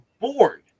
bored